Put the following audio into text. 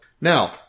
Now